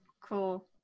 cool